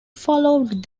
followed